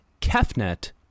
Kefnet